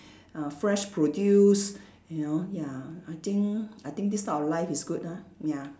ah fresh produce you know ya I think I think this sort of life is good ah ya